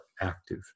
active